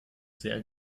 sehr